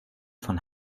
von